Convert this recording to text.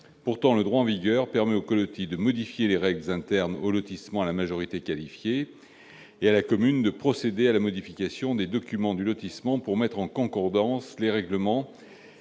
Pourtant, le droit en vigueur permet aux colotis de modifier les règles internes au lotissement à la majorité qualifiée et à la commune de procéder à la modification des documents du lotissement pour mettre en concordance les règlements